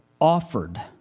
offered